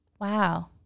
wow